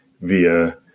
via